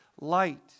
light